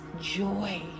joy